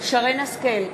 שרן השכל,